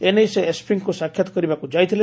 ଏନେଇ ସେ ଏସ୍ପିଙ୍କୁ ସାକ୍ଷାତ୍ କରିବାକୁ ଯାଇଥିଲେ